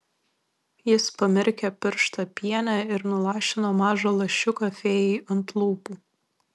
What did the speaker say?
jis pamirkė pirštą piene ir nulašino mažą lašiuką fėjai ant lūpų